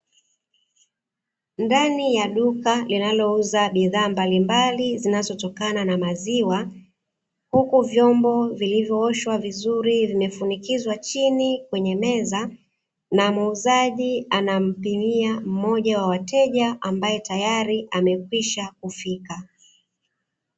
Ndani ya duka linalouza bidhaa mbalimbali zinazotokana na maziwa, huku vyombo vilivyooshwa vizuri vimefunikizwa chini kwenye meza, na muuzaji anampimia mmoja wa wateja ambaye tayari amekwisha kufika.